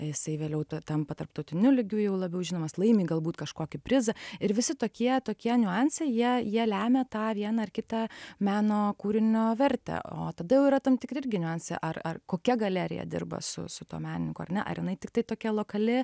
jisai vėliau tampa tarptautiniu lygiu jau labiau žinomas laimi galbūt kažkokį prizą ir visi tokie tokie niuansai jie jie lemia tą vieną ar kitą meno kūrinio vertę o tada jau yra tam tikri irgi niuansai ar ar kokia galerija dirba su su tuo menininku ar ne ar jinai tiktai tokia lokali